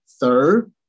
Third